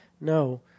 No